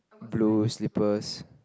blue slippers